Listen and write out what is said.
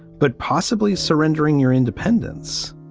but possibly surrendering your independence.